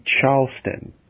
Charleston